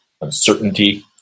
uncertainty